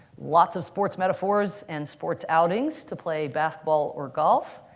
lots of sports metaphors and sports outings to play basketball or golf,